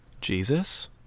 Jesus